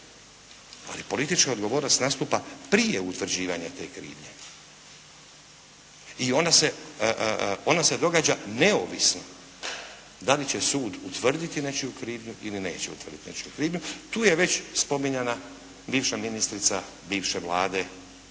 Ali politička odgovornost nastupa prije utvrđivanja te krivnje. I ona se, ona se događa neovisno da li će sud utvrditi nečiju krivnju ili neće utvrditi nečiju krivnju, tu je već spominjana bivša ministrica, bivše Vlade,